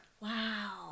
Wow